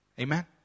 Amen